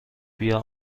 بیا